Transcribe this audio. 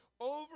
over